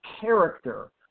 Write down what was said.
character